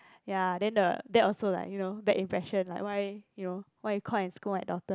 ya then the dad also like you know bad impression like why you know why you call and scold my daughter